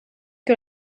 que